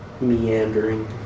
Meandering